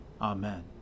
Amen